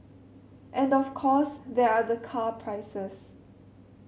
and of course there are the car prices